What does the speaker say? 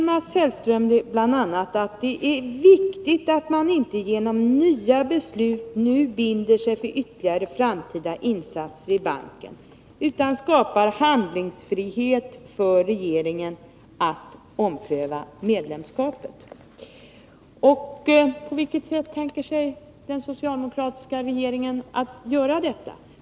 Mats Hellström säger bl.a. att det är viktigt att man inte genom nya beslut nu binder sig för ytterligare framtida insatser i banken utan skapar handlingsfrihet för regeringen att ompröva medlemskapet. Hur tänker den socialdemokratiska regeringen göra detta?